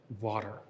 water